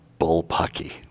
bullpucky